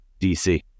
DC